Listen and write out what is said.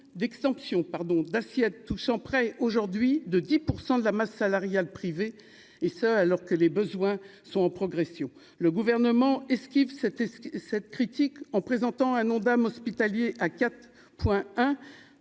d'assiettes, touchant près aujourd'hui de 10 pour 100 de la masse salariale privée et ce, alors que les besoins sont en progression, le gouvernement et ce qui c'était cette critique en présentant un Ondam hospitalier à 4,1